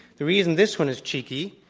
the reason this one is cheeky,